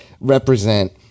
represent